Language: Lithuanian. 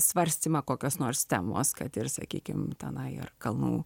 svarstymą kokios nors temos kad ir sakykim tenai ar kalnų